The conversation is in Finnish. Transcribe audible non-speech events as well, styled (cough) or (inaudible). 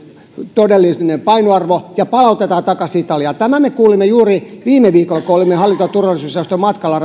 todellinen painoarvo ja hänet palautetaan takaisin italiaan tämän me kuulimme juuri viime viikolla kun olimme hallinto ja turvallisuusjaoston matkalla (unintelligible)